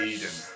Eden